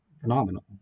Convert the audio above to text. phenomenal